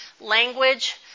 Language